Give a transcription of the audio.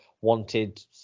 wanted